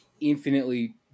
infinitely